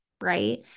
right